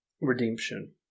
redemption